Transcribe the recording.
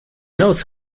knows